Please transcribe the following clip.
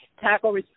tackle